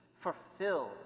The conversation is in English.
fulfilled